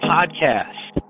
Podcast